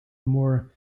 more